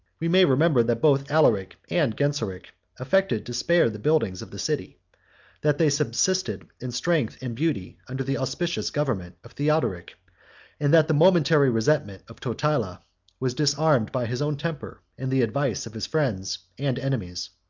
we may remember, that both alaric and genseric affected to spare the buildings of the city that they subsisted in strength and beauty under the auspicious government of theodoric and that the momentary resentment of totila was disarmed by his own temper and the advice of his friends and enemies.